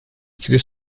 fikri